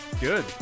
Good